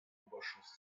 obergeschoss